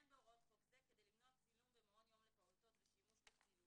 בהוראות חוק זה כדי למנוע צילום במעון יום לפעוטות ושימוש בצילומים,